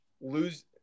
lose